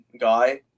guy